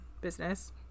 business